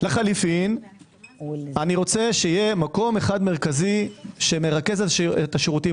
לחליפין אני רוצה שיהיה מקום אחד מרכזי שמרכז את השירותים